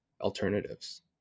alternatives